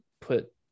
put